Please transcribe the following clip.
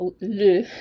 le